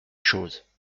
choses